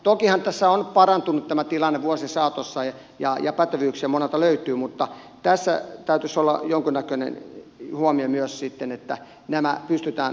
tokihan tässä on parantunut tämä tilanne vuosien saatossa ja pätevyyksiä monelta löytyy mutta tässä täytyisi olla myös siten että nämä kysytään